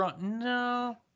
no